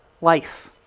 life